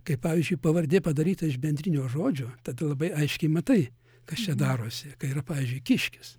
kaip pavyzdžiui pavardė padaryta iš bendrinio žodžio tada labai aiškiai matai kas čia darosi kai yra pavyzdžiui kiškis